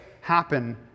happen